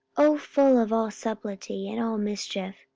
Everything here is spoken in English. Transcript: o full of all subtilty and all mischief,